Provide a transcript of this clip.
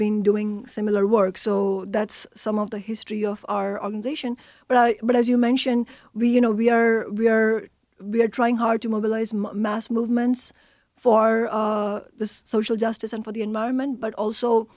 been doing similar work so that's some of the history of our organization but as you mention we you know we are we are we are trying hard to mobilize mass movements for the social justice and for the environment but also